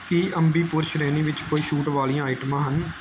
ਕੀ ਅੰਬੀਪੁਰ ਸ਼੍ਰੇਣੀ ਵਿੱਚ ਕੋਈ ਛੂਟ ਵਾਲੀਆਂ ਆਈਟਮਾਂ ਹਨ